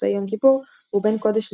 במוצאי יום כיפור הוא "בין קודש לחול"